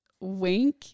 wink